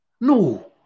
No